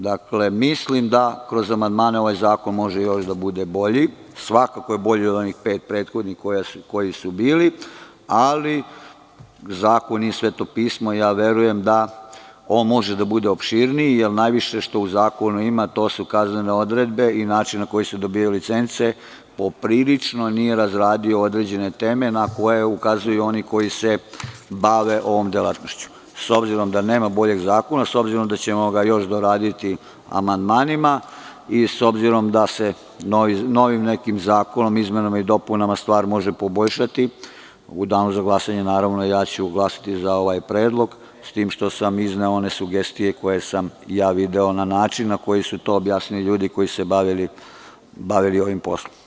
Dakle, mislim da kroz amandmaneovaj zakon može da bude bolji i svakako je bolji od onih prethodnih koji su bili, ali zakon je sveto pismo i ja verujem da može da bude opširniji, jer najviše što u zakonu ima to se ukazuje na odredbe i način na koji se dobijaju licence, poprilično nije razradio određene teme na koje ukazuju oni koji se bave ovom delatnošću, s obzirom da nema boljeg zakona i da ćemo ga još doraditi amandmanima, i s obzirom novi nekim zakonom o izmenama i dopunama stvar može poboljšati, u danu za glasanje ja ću glasati za ovaj predlog, s tim što sam izneo one sugestije koje sam ja video na način, na koji su to objasnili ljudi koji su se bavili ovim poslom.